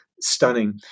stunning